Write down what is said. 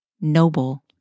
noble